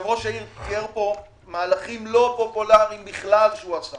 ראש העיר תיאר כאן מהלכים לא פופולריים הוא עשה